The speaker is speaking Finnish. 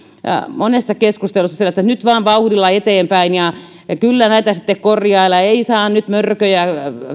monessa keskustelussa sellainen asenne että nyt vain vauhdilla eteenpäin ja kyllä näitä sitten korjaillaan ei saa nyt mörköjä